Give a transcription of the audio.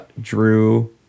Drew